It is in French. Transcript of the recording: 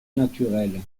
naturelle